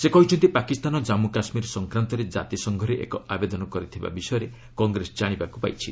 ସେ କହିଛନ୍ତି ପାକିସ୍ତାନ ଜାମ୍ମୁ କାଶ୍ମୀର ସଂକ୍ରାନ୍ତରେ ଜାତିସଂଘରେ ଏକ ଆବେଦନ କରିଥିବା ବିଷୟରେ କଂଗ୍ରେସ କାଶିବାକୁ ପାଇଛି